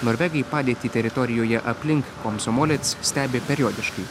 norvegai padėtį teritorijoje aplink komsomolec stebi periodiškai